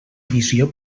visió